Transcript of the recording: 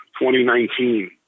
2019